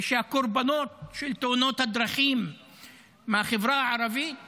ושהקורבנות של תאונות הדרכים מהחברה הערבית